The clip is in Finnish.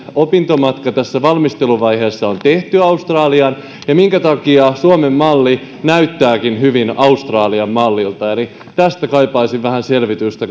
opintomatka tässä valmisteluvaiheessa on tehty australiaan ja minkä takia suomen malli näyttääkin paljon australian mallilta eli tästä kaipaisin vähän selvitystä